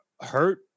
hurt